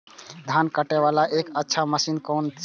धान कटे वाला एक अच्छा मशीन कोन है ते?